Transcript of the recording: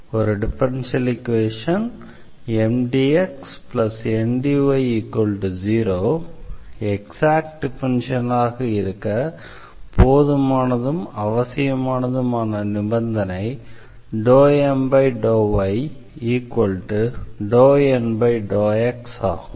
ஒரு differential equation MdxNdy0 exact differential ஈக்வேஷனாக இருக்க போதுமானதும் அவசியமானதுமான நிபந்தனை ∂M∂y∂N∂x ஆகும்